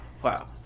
Wow